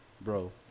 bro